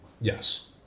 Yes